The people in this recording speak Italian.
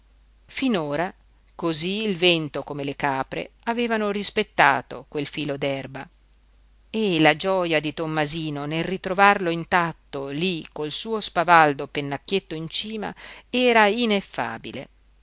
finora cosí il vento come le capre avevano rispettato quel filo d'erba e la gioja di tommasino nel ritrovarlo intatto lí col suo spavaldo pennacchietto in cima era ineffabile